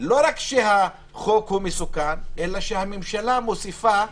שלא רק שהחוק מסוכן, אלא שהממשלה מוסיפה,